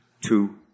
two